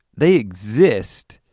they exist,